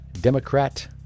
Democrat